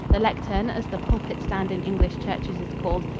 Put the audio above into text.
the lectern, as the pulpit-stand in english churches is called,